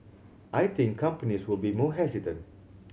I think companies will be more hesitant